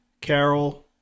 Carol